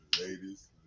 Ladies